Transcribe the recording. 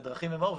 לדרכים ומאור,